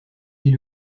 vit